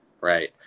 right